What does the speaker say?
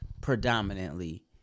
predominantly